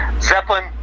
Zeppelin